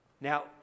Now